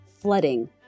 Flooding